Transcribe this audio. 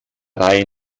reihe